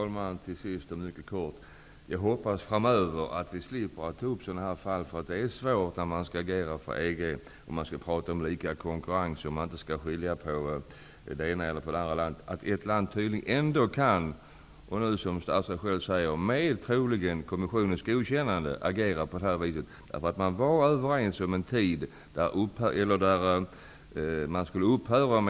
Herr talman! Jag hoppas att vi framöver slipper ta upp sådana här fall. Det är svårt att agera för EG, att tala om lika konkurrens där ingen skillnad görs mellan det ena och det andra landet, om ett land tydligen ändå och -- som statsrådet säger -- troligen med Kommissionens godkännande kan agera på det här viset. Man var ju överens om en tidpunkt då subventionerna skulle upphöra.